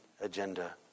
agenda